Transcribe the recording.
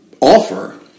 offer